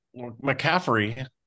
McCaffrey